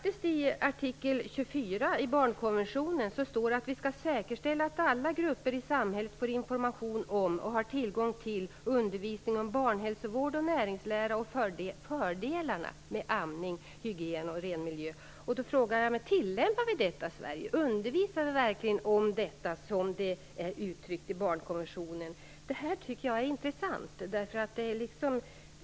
I artikel 24 i barnkonventionen står det att man skall säkerställa så att alla grupper i samhället får information om och har tillgång till undervisning om barnhälsovård, näringslära och fördelarna med amning, hygien och ren miljö. Då vill jag fråga: Tillämpar vi detta i Sverige? Undervisar vi om det på det sätt som det uttrycks i barnkonventionen? Det här är intressant.